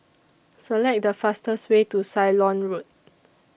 Select The fastest Way to Ceylon Road